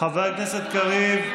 חבר הכנסת קריב,